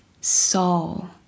soul